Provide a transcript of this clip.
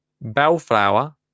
Bellflower